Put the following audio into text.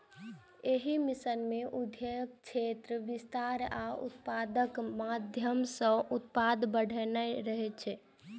एहि मिशन के उद्देश्य क्षेत्र विस्तार आ उत्पादकताक माध्यम सं उत्पादन बढ़ेनाय रहै